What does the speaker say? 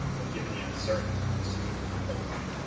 um but given the uncertainties of when schools will open,